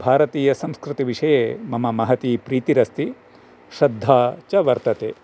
भारतीयसंस्कृतिविषये मम महती प्रीतिरस्ति श्रद्धा च वर्तते